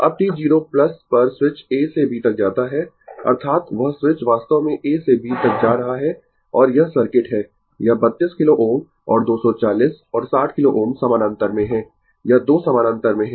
Refer Slide Time 0758 अब t 0 पर switch A से B तक जाता है अर्थात वह स्विच वास्तव में A से B तक जा रहा है और यह सर्किट है यह 32 किलो Ω और 240 और 60 किलो Ω समानांतर में है यह 2 समानांतर में है